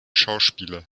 schauspieler